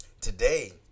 Today